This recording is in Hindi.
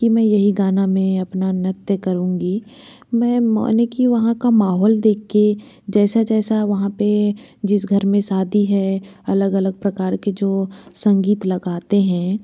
कि मैं यही गाना में अपना नृत्य करूँगी मैं मने कि वहाँ का माहौल देख के जैसा जैसा वहाँ पे जिस घर में सादी है अलग अलग प्रकार के जो संगीत लगाते हैं